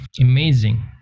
amazing